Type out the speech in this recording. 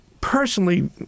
personally